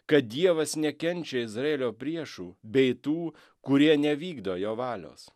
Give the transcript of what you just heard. kad dievas nekenčia izraelio priešų bei tų kurie nevykdo jo valios